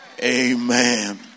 Amen